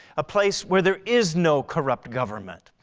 a place where there is no corrupt government.